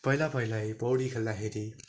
पहिला पहिला पौडी खेल्दाखेरि